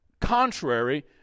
contrary